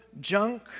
junk